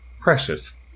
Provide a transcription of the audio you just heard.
precious